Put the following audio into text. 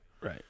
right